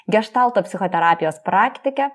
geštalto psichoterapijos praktike